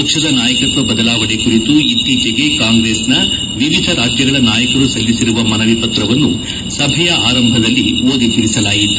ಪಕ್ಷದ ನಾಯಕತ್ವ ಬದಲಾವಣೆ ಕುರಿತು ಇತ್ತೀಚೆಗೆ ಕಾಂಗ್ರೆಸ್ನ ವಿವಿಧ ರಾಜ್ಯಗಳ ನಾಯಕರು ಸಲ್ಲಿಸಿರುವ ಮನವಿ ಪತ್ರವನ್ನು ಸಭೆಯಾರಂಭದಲ್ಲಿ ಓದಿ ತಿಳಿಸಲಾಯಿತು